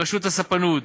רשות הספנות,